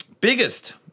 Biggest